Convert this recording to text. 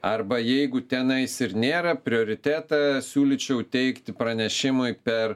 arba jeigu tenais ir nėra prioritetą siūlyčiau teikti pranešimui per